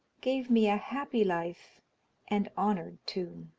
gave me a happy life and honoured tomb.